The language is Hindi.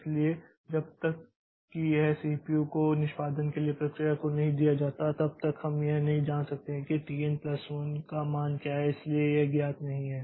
इसलिए जब तक कि यह सीपीयू को निष्पादन के लिए प्रक्रिया को नहीं दिया जाता है इसलिए तब तक हम यह नहीं जान सकते हैं कि t n प्लस 1 का मान क्या है इसलिए यह ज्ञात नहीं है